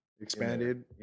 expanded